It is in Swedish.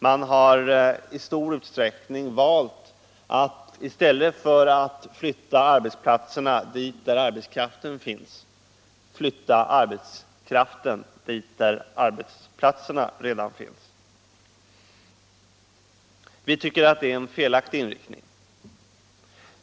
Man har i stor utsträckning i stället för att flytta arbetsplatserna dit där arbetskraften finns valt att flytta arbetskraften dit där arbetsplatserna redan finns. Vi tycker att detta är en felaktig inriktning.